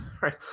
right